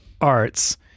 arts